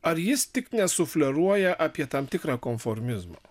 ar jis tik nesufleruoja apie tam tikrą konformizmą